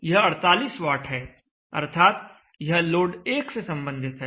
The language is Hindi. यह 48 वाट है अर्थात यह लोड 1 से संबंधित है